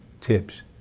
tips